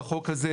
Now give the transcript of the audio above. בחוק הזה,